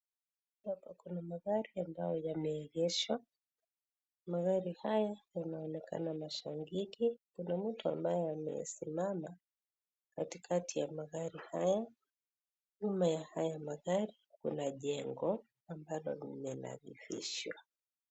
Hapa kuna magari ambayo yameegeshwa ,magari haya yanaoneka mashangige, kuna mtu ambaye amesimama katikati ya magari haya. Nyuma ya haya magari kuna jengo ambalo limenadhifishwa.